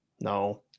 No